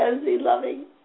loving